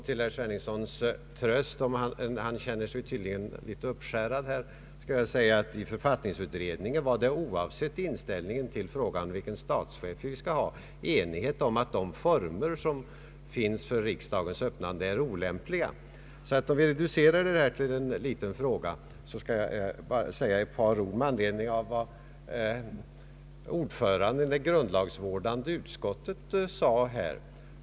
Till herr Sveningssons tröst — han känner sig tydligen litet uppskärrad — vill jag framhålla att det i författningsutredningen, oavsett inställningen till frågan vilken statschef vi skall ha, rådde enighet om att de nuvarande formerna för riksdagens öppnande är olämpliga. Om vi alltså reducerar detta till en liten fråga, vill jag bara säga några ord med anledning av vad ordföranden i det grundlagsvårdande utskottet nämnde.